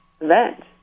event